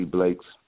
Blake's